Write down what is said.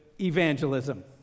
evangelism